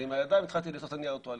ועם הידיים התחלתי לאסוף את ניירות הטואלט.